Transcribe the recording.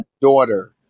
daughter